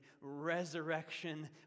resurrection